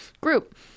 group